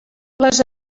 les